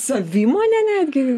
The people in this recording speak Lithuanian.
savimonę netgi